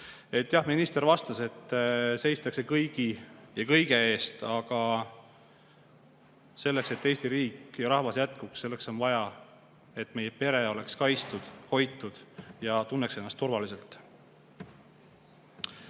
Jah, minister vastas, et seistakse kõigi ja kõige eest. Aga selleks, et Eesti riik ja rahvas jätkuks, on vaja, et meie pere oleks kaitstud, hoitud ja tunneks ennast turvaliselt.